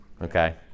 okay